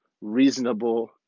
reasonable